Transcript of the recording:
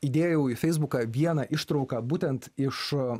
įdėjau į feisbuką vieną ištrauką būtent iš